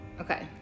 Okay